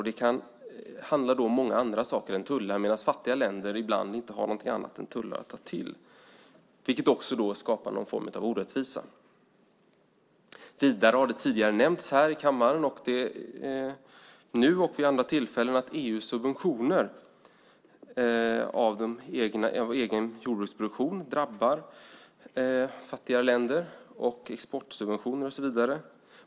Det kan handla om många andra saker än tullar medan fattiga länder ibland inte har något annat än tullar att ta till, vilket också skapar någon form av orättvisa. Vidare har det tidigare nämnts i kammaren, nu och vid andra tillfällen, att EU:s subventioner av egen jordbruksproduktion och exportsubventioner och så vidare drabbar fattigare länder.